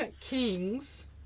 Kings